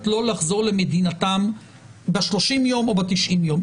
לא לחזור למדינתם במשך 30 ימים או 90 ימים?